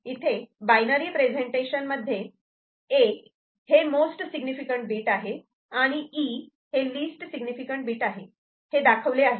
इथे binary presentation मध्ये A हे मोस्ट सिग्निफिकँट बीट आहे आणि E हे लिस्ट सिग्निफिकँट बीट आहे हे दाखवले आहे